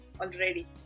already